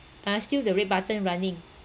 ah still the red button running